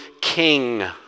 king